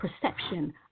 perception